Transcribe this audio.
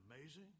amazing